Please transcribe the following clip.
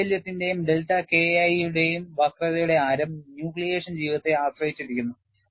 വൈകല്യത്തിന്റെയും delta KI യുടെയും വക്രതയുടെ ആരം ന്യൂക്ലിയേഷൻ ജീവിതത്തെ ആശ്രയിച്ചിരിക്കുന്നു